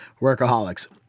Workaholics